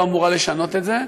לא אמורה לשנות את זה,